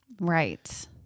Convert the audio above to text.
Right